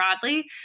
broadly